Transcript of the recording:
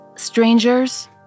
strangers